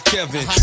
Kevin